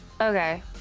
Okay